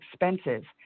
expenses